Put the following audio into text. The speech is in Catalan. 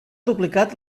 duplicat